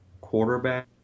quarterback